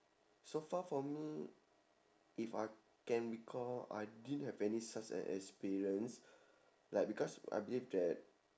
so far for me if I can recall I didn't have any such an experience like because I believe that